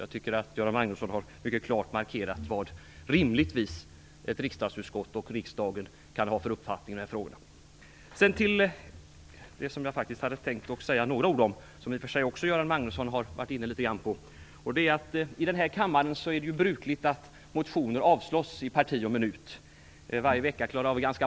Jag tycker att Göran Magnusson mycket klart har markerat vilken uppfattning ett riksdagsutskott och riksdagen rimligen kan ha i de här frågorna. Det som jag egentligen skall ta upp har Göran Magnusson också varit inne litet grand på, nämligen att det i denna kammare är brukligt att motioner avslås i parti och minut varje vecka.